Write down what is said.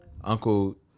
Uncle